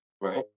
right